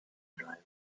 driver